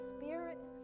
spirits